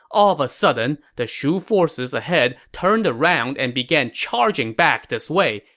all of a sudden, the shu forces ahead turned around and began charging back this way.